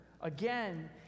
again